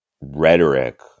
rhetoric